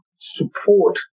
support